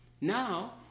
Now